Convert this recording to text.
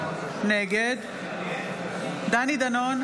נגד דני דנון,